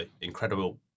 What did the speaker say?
incredible